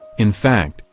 in fact,